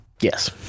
Yes